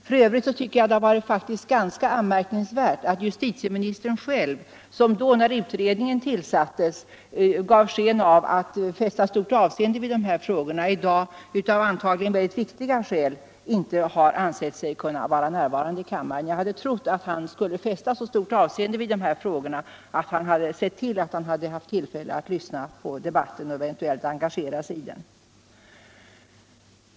F. ö. tycker jag faktiskt att det är ganska anmärkningsvärt att justitieministern själv, som när utredningen tillsattes gav sken av att fästa stort avseende vid de här frågorna, i dag — antagligen av väldigt viktiga skäl — inte har ansett sig kunna vara närvarande i kammaren. Jag hade trott att han skulle fästa så stort avseende vid dessa frågor att han hade sett till att han fått tillfälle att lyssna till debatten och eventuellt deltaga i den.